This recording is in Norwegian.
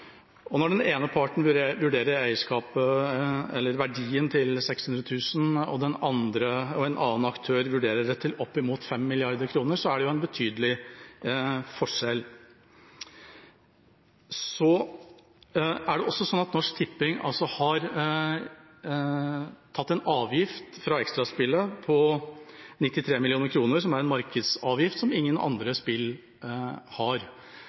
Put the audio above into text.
vederlaget. Når den ene parten vurderer verdien til 600 000 kr og en annen aktør vurderer den til oppimot 5 mrd. kr, er det en betydelig forskjell. Norsk Tipping har tatt en avgift fra Extra-spillet på 93 mill. kr, som er en markedsavgift ingen andre spill har.